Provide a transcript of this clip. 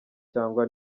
cyangwa